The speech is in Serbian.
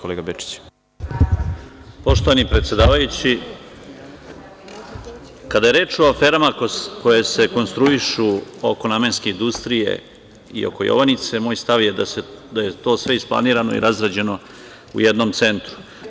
Poštovani predsedavajući, kada je reč o aferama koje se konstruišu oko namenske industrije i oko „Jovanice“, moj stav je da je to sve isplanirano i razrađeno u jednom centru.